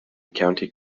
county